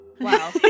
Wow